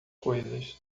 coisas